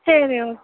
சரி ஓகே